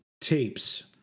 tapes